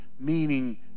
meaning